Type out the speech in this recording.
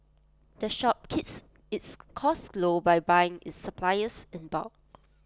the shop keeps its costs low by buying its supplies in bulk